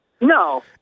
No